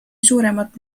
suuremat